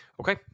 Okay